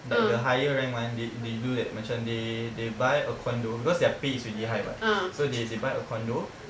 like the higher rank one they they do that macam they they buy a condo because their pay is already high [what] so they they buy a condo